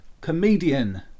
comedian